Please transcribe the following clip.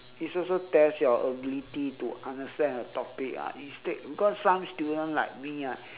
it's also test your ability to understand a topic ah instead because some student like me right